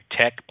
Tech